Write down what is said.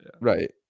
right